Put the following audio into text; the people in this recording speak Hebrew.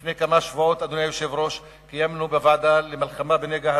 ולפני כמה שבועות קיימנו דיון בעניין הזה בוועדה למלחמה בנגע הסמים.